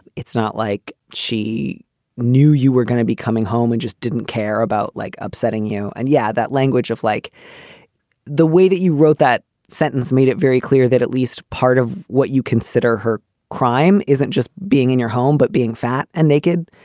it's not like she knew you were gonna be coming home and just didn't care about, like upsetting you. and yeah, that language of like the way that you wrote that sentence made it very clear that at least part of what you consider her crime isn't just being in your home, but being fat and naked.